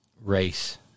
race